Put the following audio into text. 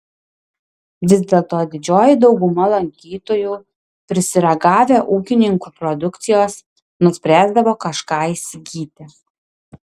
vis dėlto didžioji dauguma lankytojų prisiragavę ūkininkų produkcijos nuspręsdavo kažką įsigyti